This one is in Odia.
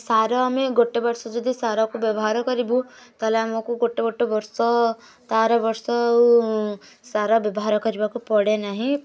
ସାର ଆମେ ଗୋଟେ ବର୍ଷ ଯଦି ସାରକୁ ବ୍ୟବହାର କରିବୁ ତାହେଲେ ଆମକୁ ଗୋଟେ ଗୋଟେ ବର୍ଷ ତା ଆରବର୍ଷ ଆଉ ସାର ବ୍ୟବହାର କରିବାକୁ ପଡ଼େ ନାହିଁ